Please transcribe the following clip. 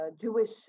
Jewish